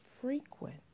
frequent